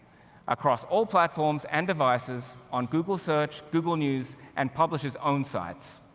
across all platforms and devices on google search, google news, and publishers' own sites.